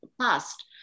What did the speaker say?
past